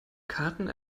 karten